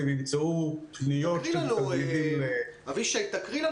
הם ימצאו פניות של תלמידים --- תקריא לנו